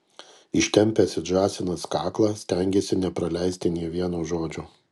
ištempęs it žąsinas kaklą stengėsi nepraleisti nė vieno žodžio